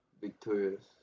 victorious